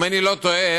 אם אני לא טועה,